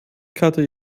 karte